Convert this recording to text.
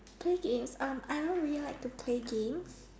play games um I don't really like to play games